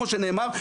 כמו שנאמר,